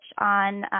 on